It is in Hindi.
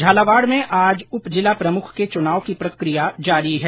झालावाड़ में आज उप जिला प्रमुख के चुनाव की प्रक्रिया जारी है